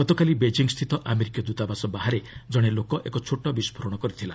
ଗତକାଲି ବେକିଂସ୍ଥିତ ଆମେରିକୀୟ ଦୂତାବାସ ବାହାରେ ଜଣେ ଲୋକ ଏକ ଛୋଟ ବିସ୍ଫୋରଣ କରିଥିଲା